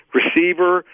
receiver